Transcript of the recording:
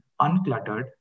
uncluttered